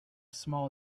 small